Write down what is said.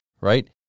right